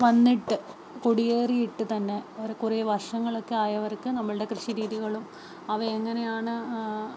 വന്നിട്ട് കുടിയേറിയിട്ട് തന്നെ കുറേ വർഷങ്ങളൊക്കെയായവർക്ക് നമ്മുടെ കൃഷിരീതികളും അവ എങ്ങനെയാണ്